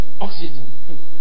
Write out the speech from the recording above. Oxygen